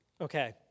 Okay